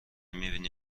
میبینی